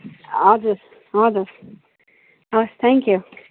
हजुर हजुर हवस् थ्याङ्क यू